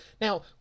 Now